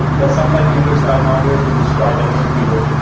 but sometime interest are not here so you just try a different keyword.